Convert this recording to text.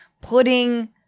putting-